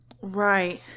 Right